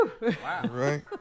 Right